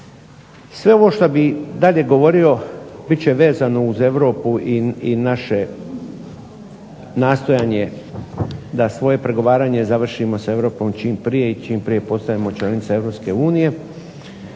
Sve ovo što bi dalje govorio bit će vezano uz Europu i naše nastojanje da svoje pregovaranje završimo sa Europom čim prije i čim prije postanemo članica EU. I u